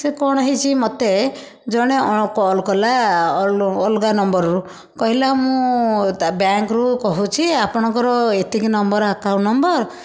ସେ କ'ଣ ହେଇଛି ମୋତେ ଜଣେ କଲ୍ କଲା ଅଲ ଅଲଗା ନମ୍ବରରୁ କହିଲା ମୁଁ ତା ବ୍ୟାଙ୍କରୁ କହୁଛି ଆପଣଙ୍କର ଏତିକି ନମ୍ବର ଆକାଉଣ୍ଟ ନମ୍ବର